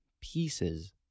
pieces